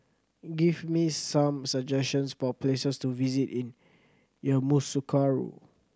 give me some suggestions for places to visit in Yamoussoukro